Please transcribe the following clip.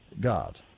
God